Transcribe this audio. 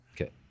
Okay